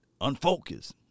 unfocused